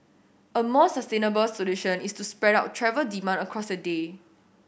a more sustainable solution is to spread out travel demand across the day